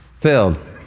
Filled